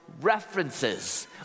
references